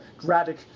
drastic